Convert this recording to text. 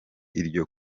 iryo